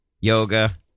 yoga